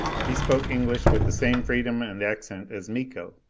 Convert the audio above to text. he spoke english with the same freedom and accent as miko.